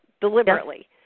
deliberately